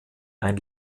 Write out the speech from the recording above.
ein